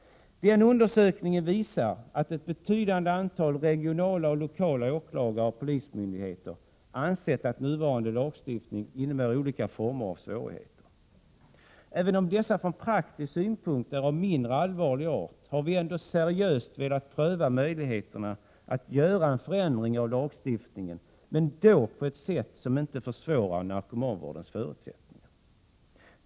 Den undersökningen visar att ett betydande antal regionala och lokala åklagare och polismyndigheter har ansett att nuvarande lagstiftning innebär olika former av svårigheter. Även om dessa från praktisk synpunkt är av mindre allvarlig art, har vi ändå seriöst velat pröva möjligheten att göra en förändring av lagstiftningen — men på ett sätt som inte försvårar narkomanvårdens förutsättningar.